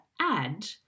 add